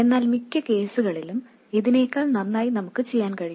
എന്നാൽ മിക്ക കേസുകളിലും ഇതിനെക്കാൾ നന്നായി നമുക്ക് ചെയ്യാൻ കഴിയും